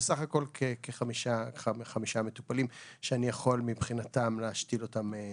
ובסך הכול כחמישה מטופלים שאני יכול מבחינתם להשתיל אותם מחר.